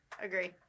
Agree